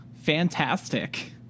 Fantastic